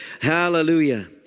Hallelujah